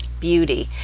beauty